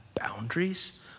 boundaries